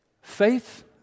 Faith